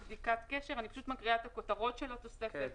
בתוספת